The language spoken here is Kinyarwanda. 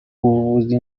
ubuvuzi